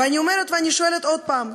ואני אומרת ואני שואלת עוד פעם: